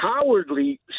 cowardly